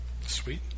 Sweet